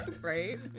right